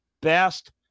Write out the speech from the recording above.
best